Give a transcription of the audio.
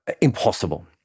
impossible